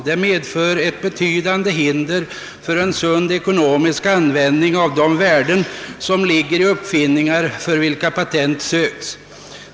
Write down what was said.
Det medför betydande hinder för en ekonomiskt sund användning av de värden som ligger i uppfinningar, för vilka patent sökts.